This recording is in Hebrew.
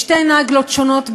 בשתי נאגלות שונות,